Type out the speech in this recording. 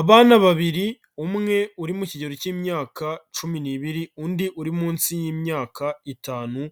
Abana babiri, umwe uri mu kigero cy'imyaka cumi n'ibiri, undi uri munsi y'imyaka itanu,